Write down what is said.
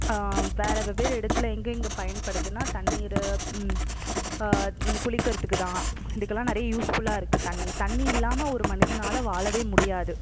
வேறு வெவ்வேறு இடத்துல எங்கேங்க பயன்படுதுனா தண்ணீர் குளிக்கிறதுக்கு தான் இதுக்கெல்லாம் நிறையா யூஸ்ஃபுல்லாக இருக்குது தண்ணி தண்ணி இல்லாமல் ஒரு மனிதனால் வாழவே முடியாது